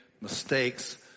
mistakes